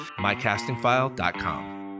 MyCastingFile.com